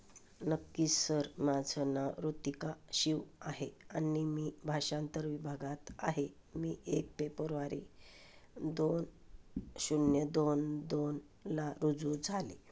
नक्की सर माझं नाव ऋतिका शिव आहे आणि मी भाषांतर विभागात आहे मी एक पेपरवारी दोन शून्य दोन दोनला रुजू झाले